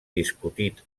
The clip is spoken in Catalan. discutit